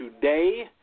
today